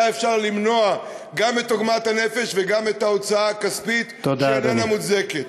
היה אפשר למנוע גם את עוגמת הנפש וגם את ההוצאה הכספית שאיננה מוצדקת.